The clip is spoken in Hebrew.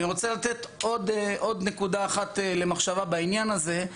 אני רוצה לתת עוד נקודה למחשבה בעניין הזה,